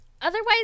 Otherwise